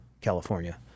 California